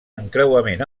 encreuament